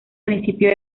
principio